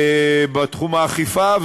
בתחום האכיפה.